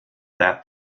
that